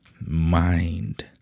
mind